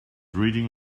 reading